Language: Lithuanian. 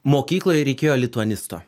mokykloj reikėjo lituanisto